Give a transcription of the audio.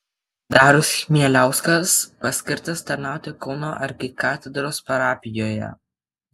darius chmieliauskas paskirtas tarnauti kauno arkikatedros parapijoje